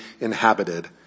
inhabited